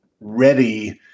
ready